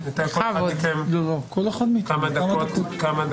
יש מקום לבוא ולומר: אנחנו ישבנו בוועדה,